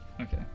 Okay